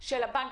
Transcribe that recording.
של הבנק